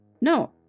No